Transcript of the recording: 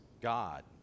God